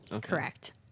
correct